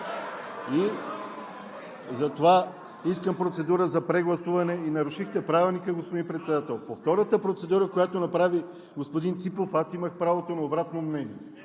Затова искам процедура за прегласуване. И нарушихте Правилника, господин Председател. По втората процедура, която направи господин Ципов, аз имах правото на обратно мнение